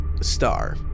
Star